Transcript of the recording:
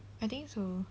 I think so